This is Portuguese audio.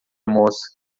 moça